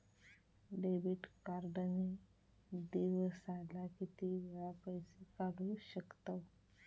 Debit card ने दिवसाला किती वेळा पैसे काढू शकतव?